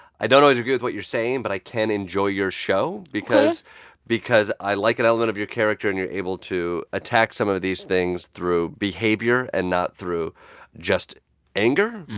i don't always agree with what you're saying, but i can enjoy your show because because i like an element of your character, and you're able to attack some of these things through behavior and not through just anger,